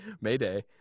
Mayday